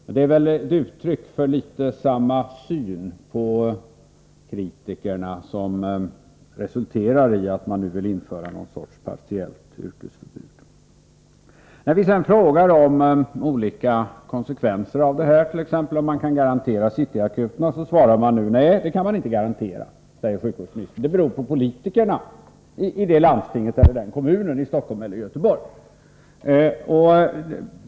Men det är väl detta uttryck för att regeringen har något av samma syn på kritikerna som resulterat i att man nu vill införa någon sorts partiellt yrkesförbud. När vi frågar om olika konsekvenser av förslaget, t.ex. om man kan lämna garantier beträffande city-akuterna, svarar sjukvårdsministern att man inte kan göra det. Hon säger att det beror på politikernas ställningstagande i det landsting eller i de kommuner som berörs, i Stockholm eller Göteborg.